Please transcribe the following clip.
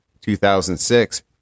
2006